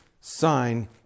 sign